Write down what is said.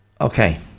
Okay